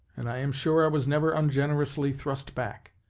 and i am sure i was never ungenerously thrust back.